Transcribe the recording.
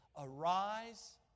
Arise